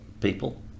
people